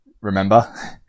remember